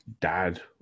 dad